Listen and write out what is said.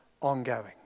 ongoing